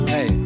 Hey